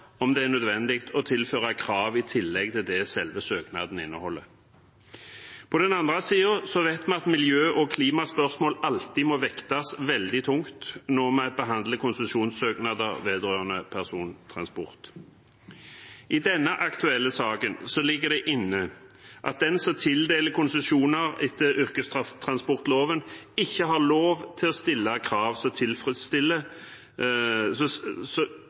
om det er nødvendig å tilføre krav i tillegg til det selve søknaden inneholder. På den andre siden vet vi at miljø- og klimaspørsmål alltid må vektes veldig tungt når vi behandler konsesjonssøknader vedrørende persontransport. I denne aktuelle saken ligger det inne at den som tildeler konsesjoner etter yrkestransportloven, ikke har lov til å stille krav som